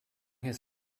his